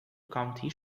county